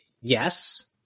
yes